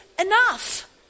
enough